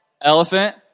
Elephant